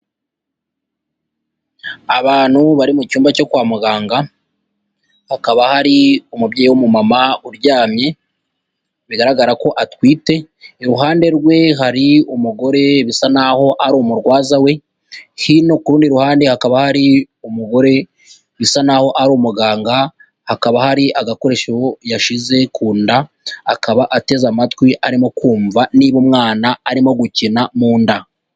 Abantu bari mu cyumba cyo kwa muganga, hakaba hari umubyeyi w'umumama uryamye, bigaragara ko atwite, iruhande rwe hari umugore bisa naho ari umurwaza we, hino ku rundi ruhande hakaba hari umugore bisa naho ari umuganga, hakaba hari agakoresho yashize ku nda akaba ateze amatwi arimo kumva niba umwana arimo gukina mu nda.